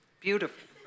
beautiful